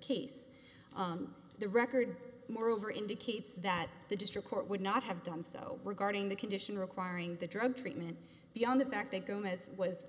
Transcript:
case the record moreover indicates that the district court would not have done so regarding the condition requiring the drug treatment beyond the fact that gomez was